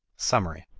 summary.